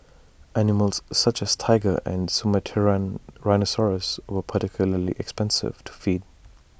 animals such as Tiger and Sumatran rhinoceros were particularly expensive to feed